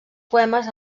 poemes